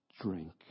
drink